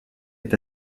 est